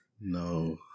No